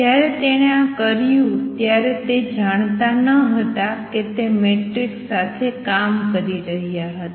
જ્યારે તેણે આ કરિયું ત્યારે તે જાણતા ન હતા કે તે મેટ્રિક્સ સાથે કામ કરી રહ્યા હતા